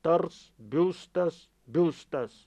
tars biustas biustas